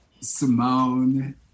Simone